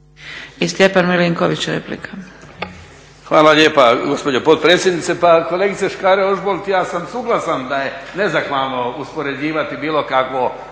Stjepan (HDZ)** Hvala lijepa gospođo potpredsjednice. Pa kolegice Škare-Ožbolt, ja sam suglasan da je nezahvalno uspoređivati bilo kakvo